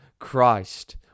Christ